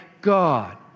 God